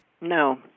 No